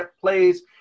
plays